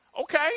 Okay